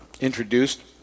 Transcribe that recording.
introduced